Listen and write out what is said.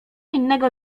innego